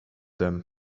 them